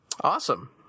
Awesome